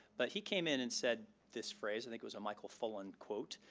but he came in and said this phrase. and like it was a michael fullen quote,